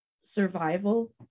survival